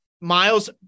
miles